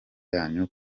yanyu